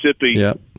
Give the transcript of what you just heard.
Mississippi